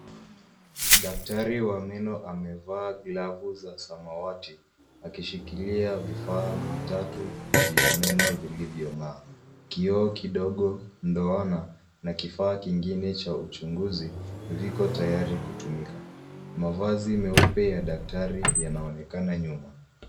Daktari wa meno amevaa glavu za samawati akishikilia vifaa vitatu vya meno vilivyo ng'aa. Kioo kidogo, ndoana na kifaa kingine cha uchunguzi viko tayari kutumika. Mavazi meupe ya daktari yanaonekana nyuma.